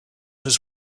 was